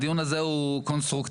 הדיון הזה הוא קונסטרוקטיבי.